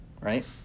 right